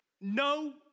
no